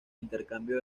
intercambio